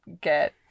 get